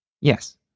Yes